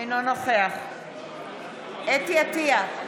אינו נוכח חוה אתי עטייה,